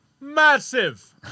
Massive